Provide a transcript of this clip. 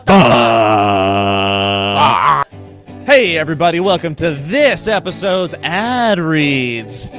ah hey everybody, welcome to this episodes ad reads,